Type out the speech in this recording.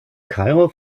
kairo